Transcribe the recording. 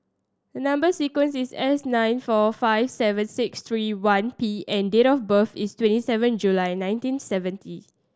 number sequence is S nine four five seven six three one P and date of birth is twenty seven July nineteen seventy